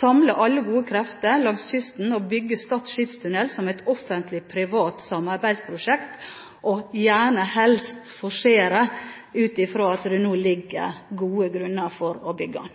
samler alle gode krefter langs kysten og bygger Stad skipstunnel som et offentlig-privat samarbeidsprosjekt, og gjerne forserer, ut fra at det nå foreligger gode grunner for å bygge.